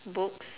books